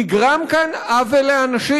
נגרם כאן עוול לאנשים.